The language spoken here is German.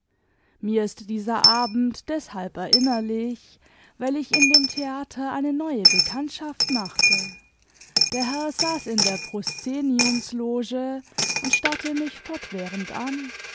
mir ist dieser abend deshalb erinnerlich weil ich in dem theater eine neue bekanntschaft machte der herr saß in der proszeniumsloge imd starrte mich fortwährend an